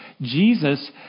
Jesus